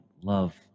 love